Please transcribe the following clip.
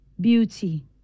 beauty